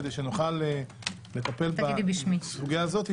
כדי שנוכל לטפל בסוגיה הזאת -- אל תגידי בשמי.